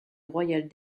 royale